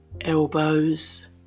elbows